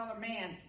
man